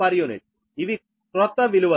uఇవి కొత్త విలువలు